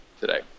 today